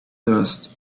dust